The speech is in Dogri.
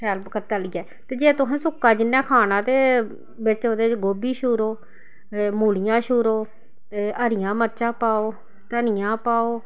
शैल क तलियै ते जे तुहें सुक्का जि'न्नै खाना ते बिच्च ओहदे च गोभी छूरो मूलियां छूरो ते हरियां मरचां पाओ धनिया पाओ